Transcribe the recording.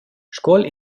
scuol